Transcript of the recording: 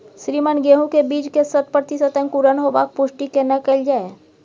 श्रीमान गेहूं के बीज के शत प्रतिसत अंकुरण होबाक पुष्टि केना कैल जाय?